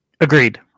Agreed